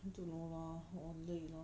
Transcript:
I don't know lah 我很累啦